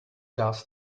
gas